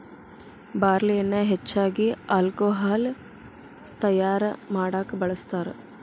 ಬಾರ್ಲಿಯನ್ನಾ ಹೆಚ್ಚಾಗಿ ಹಾಲ್ಕೊಹಾಲ್ ತಯಾರಾ ಮಾಡಾಕ ಬಳ್ಸತಾರ